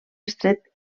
estret